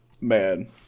man